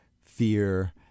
fear